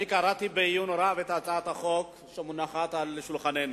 קראתי בעיון רב את הצעת החוק שמונחת על שולחננו.